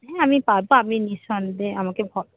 হ্যাঁ আমি পারবো আপনি নিঃসন্দেহে আমাকে